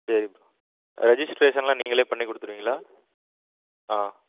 சரி ப்ரோ ரெஜிஸ்ட்ரேஷன்லாம் நீங்களே பண்ணி கொடுத்துருவீங்களா ஆ